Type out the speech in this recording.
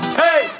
hey